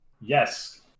Yes